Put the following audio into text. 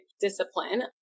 discipline